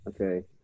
okay